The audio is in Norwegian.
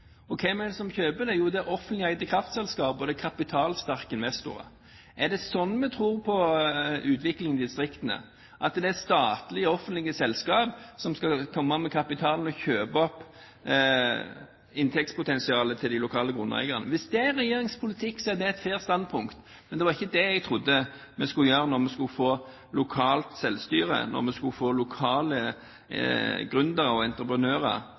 Hvem er det som kjøper dem? Jo, det er offentlig eide kraftselskap, og det er kapitalsterke investorer. Er det slik vi tror på utviklingen i distriktene – at det er statlige, offentlige selskap som skal komme med kapital og kjøpe opp inntektspotensialet til de lokale grunneierne? Hvis det er regjeringens politikk, så er det et fair standpunkt, men det var ikke slik jeg trodde det skulle bli når vi skulle få lokalt selvstyre, når vi skulle få lokale gründere og entreprenører